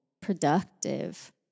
productive